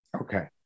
Okay